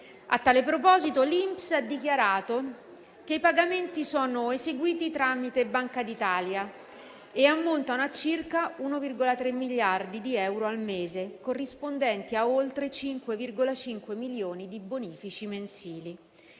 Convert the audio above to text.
A tale proposito, l'INPS ha dichiarato che i pagamenti sono eseguiti tramite Banca d'Italia e ammontano a circa 1,3 miliardi di euro al mese, corrispondenti a oltre 5,5 milioni di bonifici mensili.